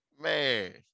Man